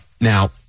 now